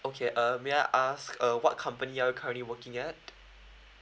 okay uh may I ask uh what company are you currently working at